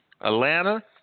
Atlanta